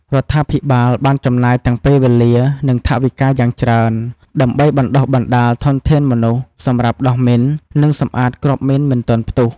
រដ្ឋាភិបាលបានចំណាយទាំងពេលវេលា និង ថវិកាយ៉ាងច្រើន ដើម្បីបណ្តុះបណ្តាលធនធានមនុស្សសម្រាប់ដោះមីន និងសម្អាតគ្រាប់មីនមិនទាន់ផ្ទះ។